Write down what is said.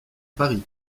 paris